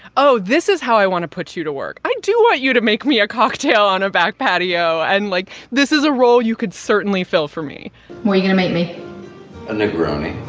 oh, this is how i want to put you to work. i do want you to make me a cocktail on your back patio. and like, this is a role you could certainly fill for me where you gonna make me a negroni?